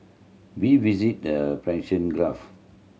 we visited the Persian Gulf